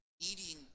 eating